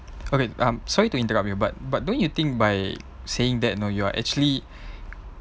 okay um sorry to interrupt you but but don't you think by saying that know you are actually